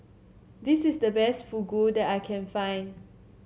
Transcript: this is the best Fugu that I can find